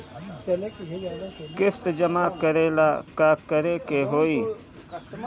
किस्त जमा करे ला का करे के होई?